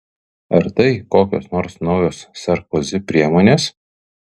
ar tai kokios nors naujos sarkozi priemonės